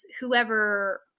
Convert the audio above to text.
whoever